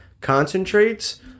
concentrates